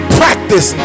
practice